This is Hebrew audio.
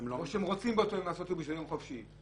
או שהם רוצים באותו יום לעשות מזה יום חופשי.